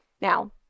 Now